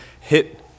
hit